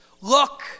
Look